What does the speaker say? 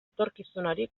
etorkizunari